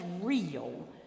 real